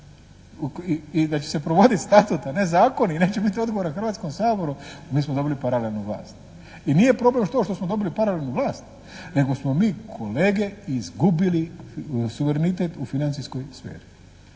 i da će se provodit Statut a ne zakoni i neće biti odgovoran Hrvatskom saboru mi smo dobili paralelnu vlast. I nije problem to što smo dobili paralelnu vlast nego smo mi kolege izgubili suverenitet u financijskoj sferi.